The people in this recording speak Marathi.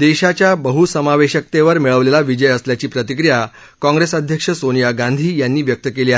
देशाच्या बहसमावेशकतेवर मिळवलेला विजय असल्याची प्रतिक्रिया काँग्रेस अध्यक्ष सोनिया गांधी यांनी व्यक्त केली आहे